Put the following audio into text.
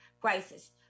crisis